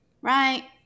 right